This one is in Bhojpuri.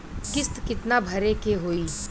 किस्त कितना भरे के होइ?